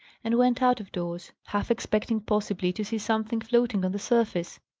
and went out of doors, half expecting possibly to see something floating on the surface.